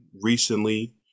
recently